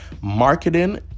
Marketing